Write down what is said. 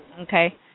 okay